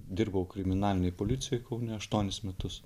dirbau kriminalinėj policijoj kaune aštuonis metus